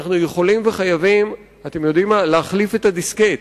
אנחנו יכולים וחייבים להחליף את הדיסקט